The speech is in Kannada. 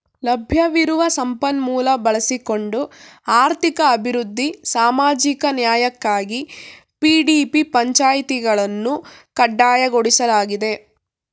ಲಭ್ಯವಿರುವ ಸಂಪನ್ಮೂಲ ಬಳಸಿಕೊಂಡು ಆರ್ಥಿಕ ಅಭಿವೃದ್ಧಿ ಸಾಮಾಜಿಕ ನ್ಯಾಯಕ್ಕಾಗಿ ಪಿ.ಡಿ.ಪಿ ಪಂಚಾಯಿತಿಗಳನ್ನು ಕಡ್ಡಾಯಗೊಳಿಸಲಾಗಿದೆ